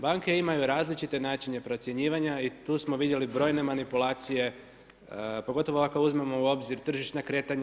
Banke imaju različite načine procjenjivanja i tu smo vidjeli brojne manipulacije pogotovo ako uzmemo u obzir tržišna kretanja.